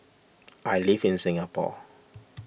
I live in Singapore